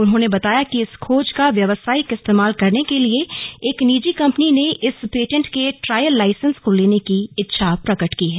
उन्होंने बताया कि इस खोज का व्यावसायिक इस्तेमाल करने के लिए एक निजी कंपनी ने इस पेंटेट के ट्रायल लाइसेंस को लेने की इच्छा प्रकट की हैं